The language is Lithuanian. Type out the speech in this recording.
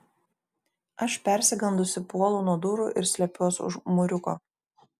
aš persigandusi puolu nuo durų ir slepiuos už mūriuko